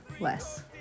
less